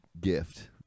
gift